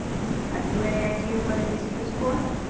have you any idea what it is used for?